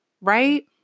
right